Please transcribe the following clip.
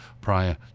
prior